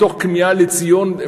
מתוך כמיהה לציון,